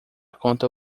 contra